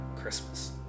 Christmas